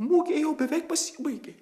mugė jau beveik pasibaigė